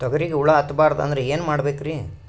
ತೊಗರಿಗ ಹುಳ ಹತ್ತಬಾರದು ಅಂದ್ರ ಏನ್ ಮಾಡಬೇಕ್ರಿ?